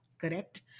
correct